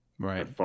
Right